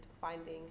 finding